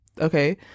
okay